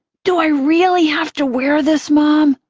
do i really have to wear this, mom?